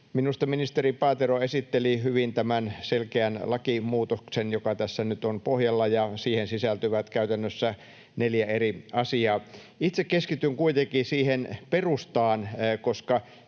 Minusta ministeri Paatero esitteli hyvin tämän selkeän lakimuutoksen, joka tässä nyt on pohjalla, ja siihen sisältyvät käytännössä neljä eri asiaa. Itse keskityn kuitenkin siihen perustaan, koska